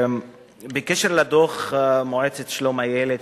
בקשר לדוח של מועצת שלום הילד,